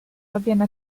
avviene